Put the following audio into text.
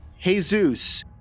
Jesus